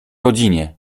rodzinie